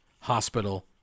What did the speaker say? hospital